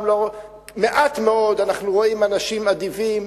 מעט מאוד אנחנו רואים אנשים אדיבים.